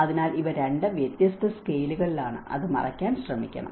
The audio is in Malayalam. അതിനാൽ ഇവ രണ്ട് വ്യത്യസ്ത സ്കെയിലുകളാണ് അത് മറയ്ക്കാൻ ശ്രമിക്കണം